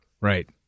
Right